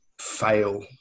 fail